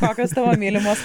kokios tavo mylimos